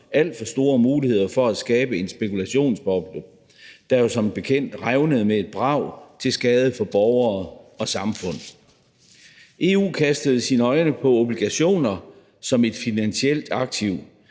alt for store muligheder for at skabe en spekulationsboble, der jo som bekendt revnede med et brag til skade for borgere og samfund. EU kastede sit blik på obligationer som et finansielt aktiv.